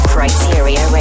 Criteria